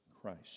Christ